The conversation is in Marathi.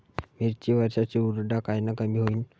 मिरची वरचा चुरडा कायनं कमी होईन?